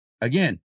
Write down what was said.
again